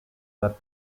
that